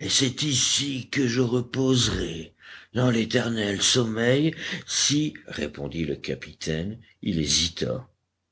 et c'est ici que je reposerai dans l'éternel sommeil si répondit le capitaine il hésita